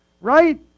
right